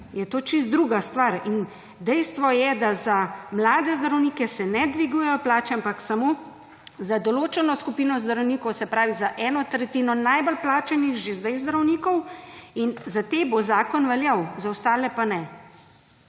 je to čisto druga stvar. In dejstvo je, da za mlade zdravnike se ne dvigujejo plače, ampak samo za določeno skupino zdravnikov, se pravi za eno tretjino najbolj plačanih že zdaj zdravnikov. In za te bo zakon veljal, za ostale pa ne.